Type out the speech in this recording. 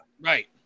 Right